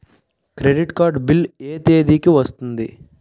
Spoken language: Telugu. క్రెడిట్ కార్డ్ బిల్ ఎ తేదీ కి వస్తుంది?